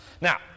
Now